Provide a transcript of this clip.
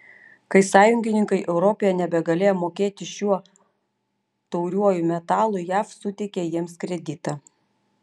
kai sąjungininkai europoje nebegalėjo mokėti šiuo tauriuoju metalu jav suteikė jiems kreditą